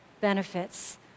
benefits